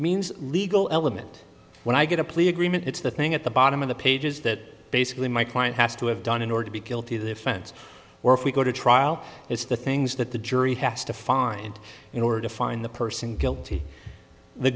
means legal element when i get a plea agreement it's the thing at the bottom of the pages that basically my client has to have done in order to be guilty of the offense or if we go to trial is the things that the jury has to find in order to find the person guilty the